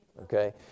okay